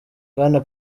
bwana